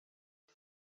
det